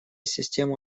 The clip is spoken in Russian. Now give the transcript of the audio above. систему